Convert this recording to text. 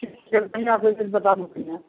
छै बताबू पहिने